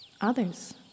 others